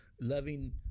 loving